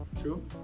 True